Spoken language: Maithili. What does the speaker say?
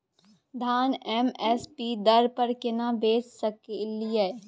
धान एम एस पी दर पर केना बेच सकलियै?